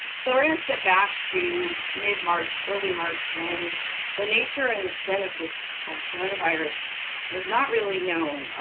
so we're going to step back to mid-march, early march, when the nature and extent of this coronavirus was not really known,